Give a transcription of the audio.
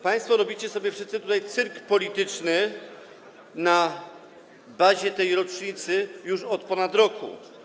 Państwo robicie sobie wszyscy tutaj cyrk polityczny na bazie tej rocznicy już od ponad roku.